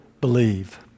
believe